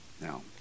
Now